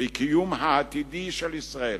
בקיום העתידי של ישראל.